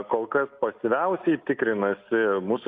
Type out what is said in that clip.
kol kas pasyviausiai tikrinasi mūsų